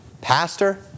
pastor